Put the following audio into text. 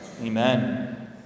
Amen